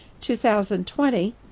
2020